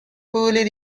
fully